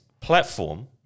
platform